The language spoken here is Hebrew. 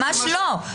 ממש לא.